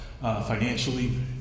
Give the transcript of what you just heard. financially